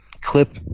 clip